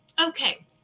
okay